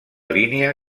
línia